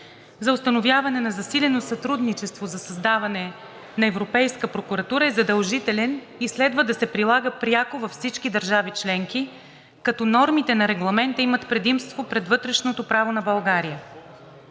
за установяване на засилено сътрудничество за създаване на Европейска прокуратура е задължителен и следва да се прилага пряко във всички държави членки, като нормите на Регламента имат предимство пред вътрешното право на България.